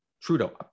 Trudeau